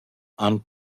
han